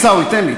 עיסאווי, תן לי.